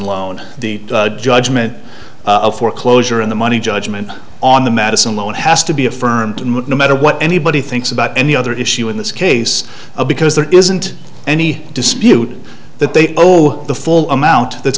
loan the judgment of foreclosure in the money judgment on the madison loan has to be affirmed no matter what anybody thinks about any other issue in this case because there isn't any dispute that they owe the full amount that